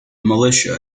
militia